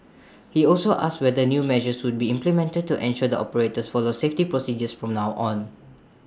he also asked whether new measures would be implemented to ensure the operators follow safety procedures from now on